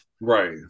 Right